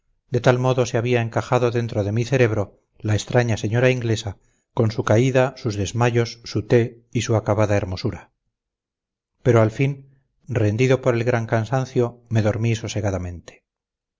de tal modo se había encajado dentro de mi cerebro la extraña señora inglesa con su caída sus desmayos su té y su acabada hermosura pero al fin rendido por el gran cansancio me dormí sosegadamente